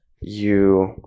you-